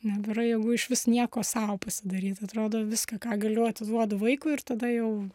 nebėra jėgų išvis nieko sau pasidaryt atrodo viską ką galiu atiduodu vaikui ir tada jau